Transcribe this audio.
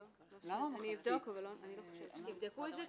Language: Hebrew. אני אבדוק את זה.